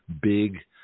big